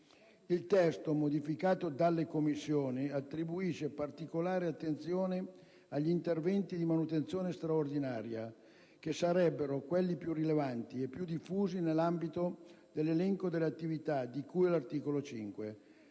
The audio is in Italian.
Il testo, modificato dalle Commissioni, attribuisce particolare attenzione agli interventi di manutenzione straordinaria, che sarebbero quelli più rilevanti e più diffusi nell'ambito dell'elenco delle attività di cui all'articolo 5.